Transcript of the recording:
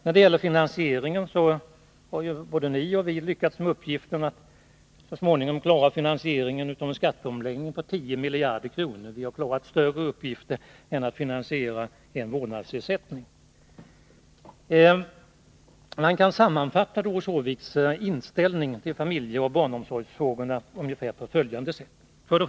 När det gäller finansieringsfrågan vill jag peka på att både ni och vi så småningom har lyckats med uppgiften att klara finansieringen av skatteomläggningen på 10 miljarder kronor. Vi har genomfört större uppgifter än att finansiera en vårdnadsersättning. Man kan sammanfatta Doris Håviks inställning till familjeoch barnomsorgsfrågorna ungefär på följande sätt: 1.